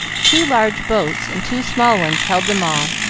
two large boats and two small ones held them all,